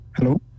Hello